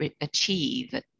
achieve